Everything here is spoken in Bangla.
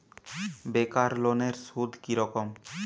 বেকার লোনের সুদ কি রকম?